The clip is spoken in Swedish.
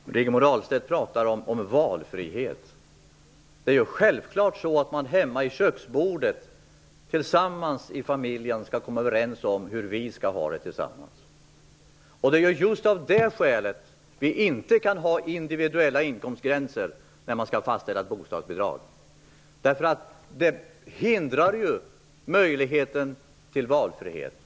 Fru talman! Rigmor Ahlstedt pratar om valfrihet. Självfallet skall familjen hemma vid köksbordet tillsammans komma överens om hur man skall ha det. Detta är skälet till att man inte kan ha individuella inkomstgränser när ett bostadsbidrag skall fastställas. Det hindrar nämligen möjligheten till valfrihet.